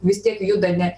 vis tiek juda ne